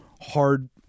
hard